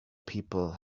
people